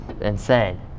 insane